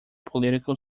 political